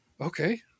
Okay